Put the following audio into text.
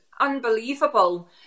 unbelievable